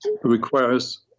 requires